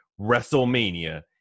Wrestlemania